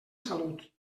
salut